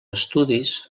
estudis